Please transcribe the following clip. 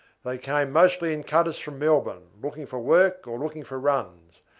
they came mostly in cutters from melbourne, looking for work or looking for runs.